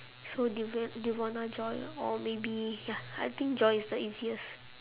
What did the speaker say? so devon devona joy or maybe ya I think joy is the easiest